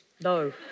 No